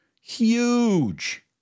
Huge